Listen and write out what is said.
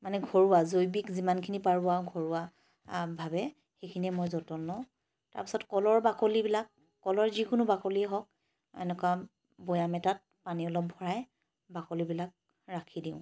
মানে ঘৰুৱা জৈৱিক যিমানখিনি পাৰোঁ আৰু ঘৰুৱা ভাৱে সেইখিনি মই যতন লওঁ তাৰ পাছত কলৰ বাকলিবিলাক কলৰ যিকোনো বাকলিয়ে হওক এনেকুৱা বয়াম এটাত পানী অলপ ভৰাই বাকলিবিলাক ৰাখি দিওঁ